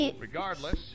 Regardless